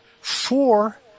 four